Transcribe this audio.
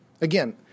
Again